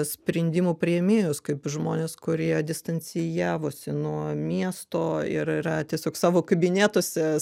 sprendimų priėmėjus kaip žmonės kurie distancijavosi nuo miesto ir yra tiesiog savo kabinetuose